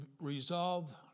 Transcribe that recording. Resolve